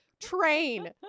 train